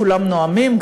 כולם נואמים,